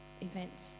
event